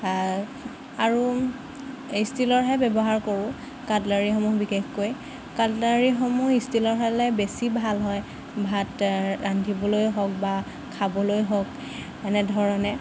আৰু ষ্টীলৰহে ব্যৱহাৰ কৰোঁ কাট্লেৰিসমূহ বিশেষকৈ কাট্লেৰিসমূহ ষ্টীলৰ হ'লে বেছি ভাল হয় ভাত ৰান্ধিবলৈ হওক বা খাবলৈ হওক এনেধৰণে